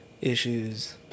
issues